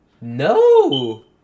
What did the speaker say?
No